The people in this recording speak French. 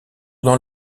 dans